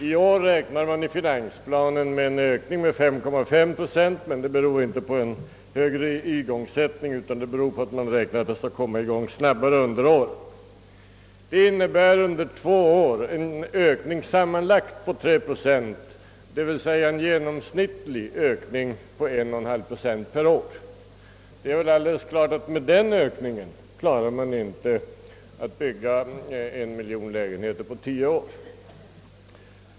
I år räknar man i finansplanen med en ökning på 5,5 procent, men detta beror inte på en högre igångsättning utan på att man förutsätter att det skall kunna ske en snabbare igångsättning under året. Detta innebär under två år en sammanlagd ökning på 3 procent, d.v.s. 1,5 procent per år. Det är alldeles klart att med den ökningstakten går det inte att bygga en miljon lägenheter på tio år.